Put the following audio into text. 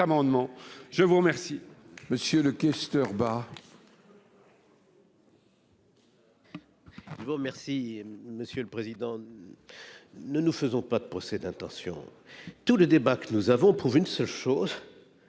je vous remercie